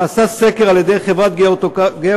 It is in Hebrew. נעשה סקר על-ידי חברת "גיאוקרטוגרפיה",